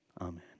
amen